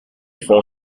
font